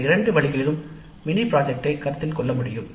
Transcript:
இந்த இரண்டு வழிகளிலும் மினி திட்டத்தை கருத்தில் கொள்ள முடியும்